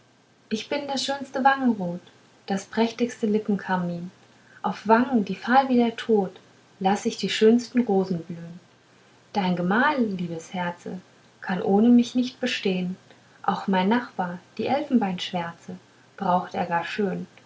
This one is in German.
ich bin das schönste wangenrot das prächtigste lippenkarmin auf wangen die fahl wie der tod laß ich die schönsten rosen blühn dein gemahl liebes herze kann ohne mich nicht bestehn auch mein nachbar die elfenbeinschwärze braucht er gar schön